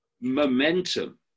momentum